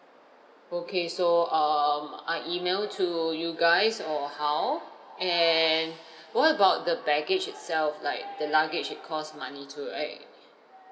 okay so um I email to you guys or how and what about the baggage itself like the luggage it costs money too right